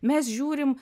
mes žiūrim